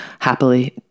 happily